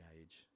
age